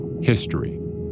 history